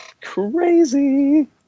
Crazy